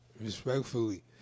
Respectfully